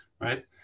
right